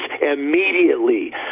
immediately